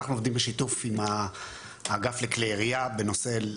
אנחנו עובדים בשיתוף עם האגף לכלי ירייה בנושא הזה,